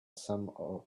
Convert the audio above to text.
some